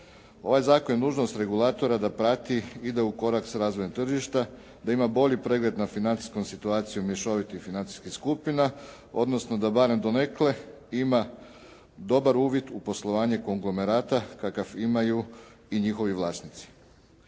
Ovaj zakon je dužnost regulatora da prati, ide ukorak sa razvojem tržišta, da ima bolji pregled nad financijskom situacijom mješovitih financijskih skupina, odnosno da barem donekle ima dobar uvid u poslovanje konglomerata kakav imaju i njihovi vlasnici.